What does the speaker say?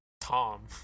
tom